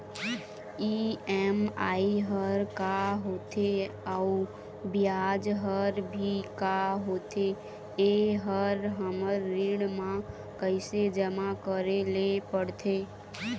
EMI हर का होथे अऊ ब्याज हर भी का होथे ये हर हमर ऋण मा कैसे जमा करे ले पड़ते?